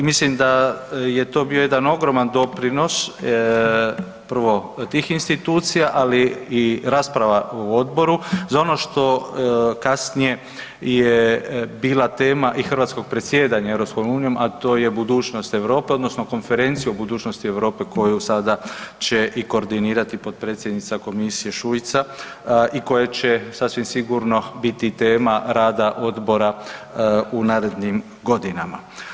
I mislim da je to bio jedan ogroman doprinos prvo tih institucija, ali i rasprava u odboru za ono što kasnije je bila tema i hrvatskog predsjedanja EU, a to je budućnost Europe odnosno Konferencija o budućnosti Europe koju sada će i koordinirati potpredsjednica Komisije Šuica i koje će sasvim sigurno biti tema rada odbora u narednim godinama.